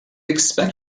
expect